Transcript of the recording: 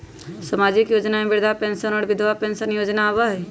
सामाजिक योजना में वृद्धा पेंसन और विधवा पेंसन योजना आबह ई?